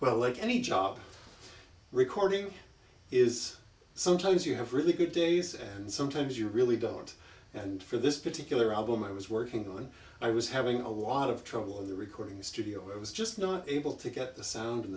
well like any job recording is sometimes you have really good days and sometimes you really don't and for this particular album i was working on i was having a lot of trouble in the recording studio i was just not able to get the sound